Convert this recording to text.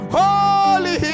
holy